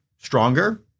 stronger